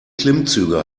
klimmzüge